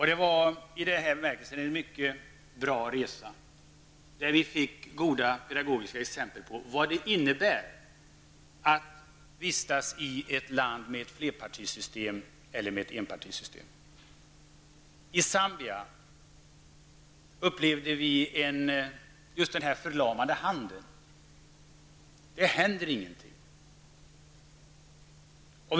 Det var i den bemärkelse vi nu pratar om en mycket bra resa, där vi fick goda pedagogiska exempel på vad det innebär att vistas i ett land med ett flerpartisystem eller i ett land med enpartisystem. I Zambia upplevde vi just den förlamning jag nämnde. Det händer ingenting.